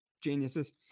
geniuses